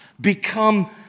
become